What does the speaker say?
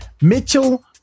mitchell